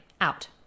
out